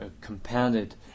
compounded